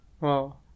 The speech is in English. wow